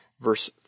verse